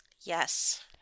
Yes